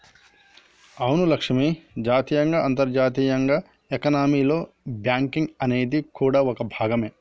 అవును లక్ష్మి జాతీయంగా అంతర్జాతీయంగా ఎకానమీలో బేంకింగ్ అనేది కూడా ఓ భాగమే